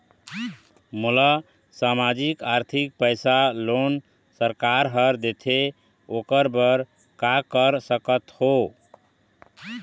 मोला सामाजिक आरथिक पैसा जोन सरकार हर देथे ओकर बर का कर सकत हो?